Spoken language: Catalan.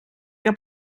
que